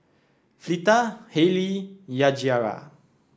Fleeta Hailee Yajaira